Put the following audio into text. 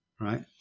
right